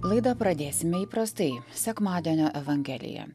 laidą pradėsime įprastai sekmadienio evangelija